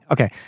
Okay